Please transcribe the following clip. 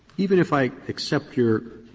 even if i accept your